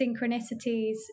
synchronicities